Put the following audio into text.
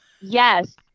Yes